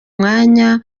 umwanya